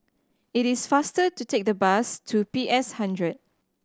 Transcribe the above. it is faster to take the bus to P S Hundred